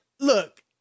Look